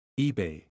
eBay